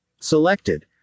Selected